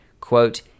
quote